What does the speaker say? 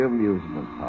Amusement